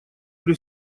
при